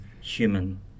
human